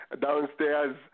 downstairs